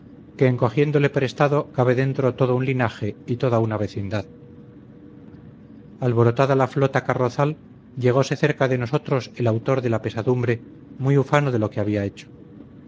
que en cogiéndole prestado cabe dentro todo un linaje y toda una vecindad alborotada la flota carrozal llegose cerca de nosotros el autor de la pesadumbre muy ufano de lo